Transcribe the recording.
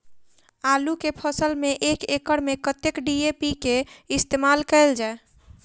आलु केँ फसल मे एक एकड़ मे कतेक डी.ए.पी केँ इस्तेमाल कैल जाए?